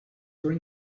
were